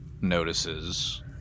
notices